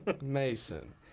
Mason